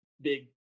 big